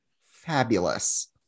fabulous